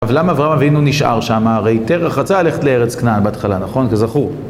אבל למה אברהם אבינו נשאר שם? הרי תרח רצה ללכת לארץ כנען בהתחלה, נכון? כזכור.